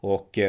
Och